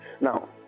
Now